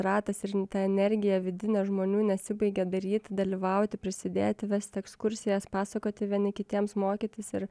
ratas ir ta energija vidinė žmonių nesibaigia daryti dalyvauti prisidėti vesti ekskursijas pasakoti vieni kitiems mokytis ir